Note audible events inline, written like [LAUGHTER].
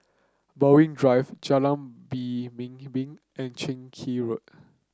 Berwick Drive Jalan [UNINTELLIGIBLE] and Keng [UNINTELLIGIBLE] Road